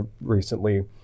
recently